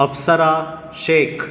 Apsara Shaikh